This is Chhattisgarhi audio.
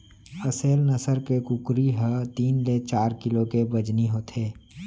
असेल नसल के कुकरी ह तीन ले चार किलो के बजनी होथे